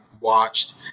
watched